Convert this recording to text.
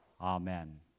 Amen